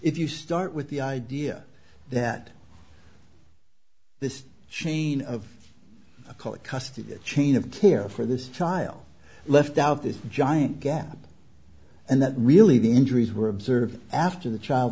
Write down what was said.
if you start with the idea that this chain of custody chain of care for this child left out this giant gap and that really the injuries were observed after the child